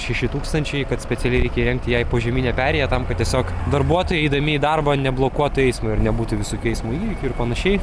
šeši tūkstančiai kad specialiai reikia įrengti jai požeminę perėją tam kad tiesiog darbuotojai eidami į darbą neblokuotų eismo ir nebūtų visokių eismo įvykių ir panašiai